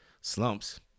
slumps